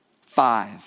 five